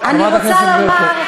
חברת הכנסת ברקו,